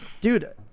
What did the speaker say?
dude